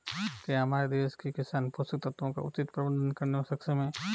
क्या हमारे देश के किसान पोषक तत्वों का उचित प्रबंधन करने में सक्षम हैं?